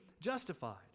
justified